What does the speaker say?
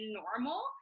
normal